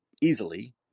easily